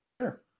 sure